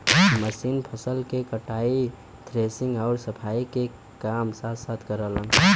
machine फसल क कटाई, थ्रेशिंग आउर सफाई के काम साथ साथ करलन